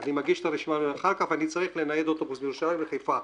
אני צריך לנייד אוטובוס מירושלים לחיפה.